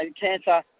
cancer